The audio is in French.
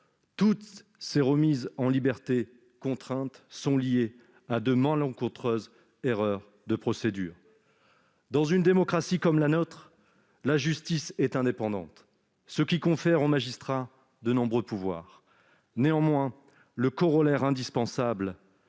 Toutes ces remises en liberté contraintes sont liées à de malencontreuses erreurs de procédure. Dans une démocratie comme la nôtre, la justice est indépendante, ce qui confère aux magistrats de nombreux pouvoirs. Le corollaire indispensable